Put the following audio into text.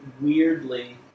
weirdly